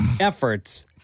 efforts